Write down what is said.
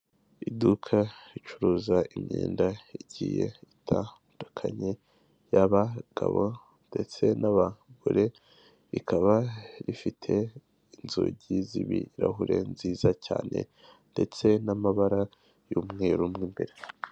Iduka ricuruza imyenda igiye itandukanye, y'abagabo ndetse n'abagore, rikaba rifite inzugi z'ibirahure nziza cyane ndetse n'amabara y'umweru mo imbere.